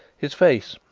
his face,